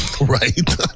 right